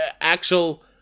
actual